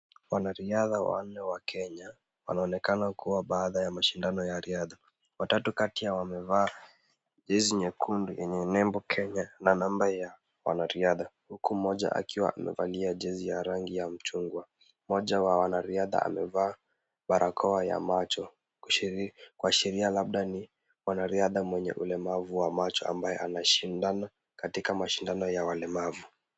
Wanariadha wanne wa Kenya, wanaonekana kuwa baada ya mashindano ya riadha. Watatu kati ya amevaa jezi nyekundu yenye nembo Kenya na namba ya wanariadha huku mmoja akiwa amevalia jezi ya angi ya mchungwa. Mmoja wa wanariadha amevaa barakoa ya macho kuashiria labda ni mwanariadha mwenye ulemavu wa macho ambaye anashindana katika mashindano ya walemavu.